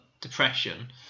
depression